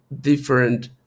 different